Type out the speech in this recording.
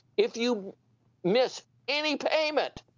if you miss any payment,